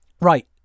right